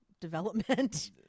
development